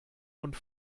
und